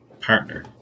partner